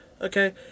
okay